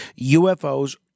UFOs